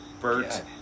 Bert